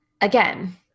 again